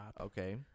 Okay